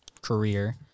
career